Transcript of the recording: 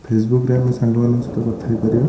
ଫେସବୁକ୍ରେ ଆମେ ସାଙ୍ଗମାନଙ୍କ ସହିତ କଥା ହେଇପାରିବା